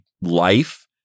life